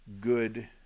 good